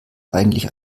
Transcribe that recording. eigentlich